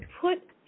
put